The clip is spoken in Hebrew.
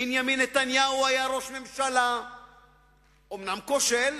שבנימין נתניהו היה ראש ממשלה, אומנם כושל,